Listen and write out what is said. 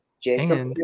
Jacob